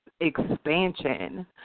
expansion